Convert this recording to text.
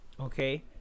Okay